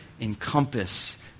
encompass